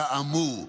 כאמור.